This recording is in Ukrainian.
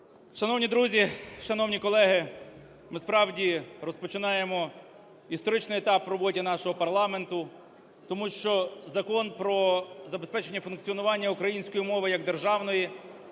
Шановні друзі, шановні колеги! Ми справді розпочинаємо історичний етап в роботі нашого парламенту. Тому що Закон про забезпечення функціонування української мови як державної